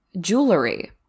jewelry